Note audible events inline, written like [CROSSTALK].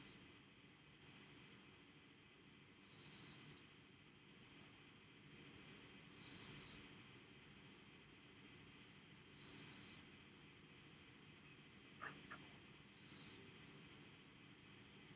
[BREATH]